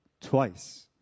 twice